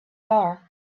are